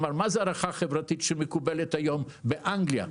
מהי ההערכה החברתית שמקובלת היום באנגליה,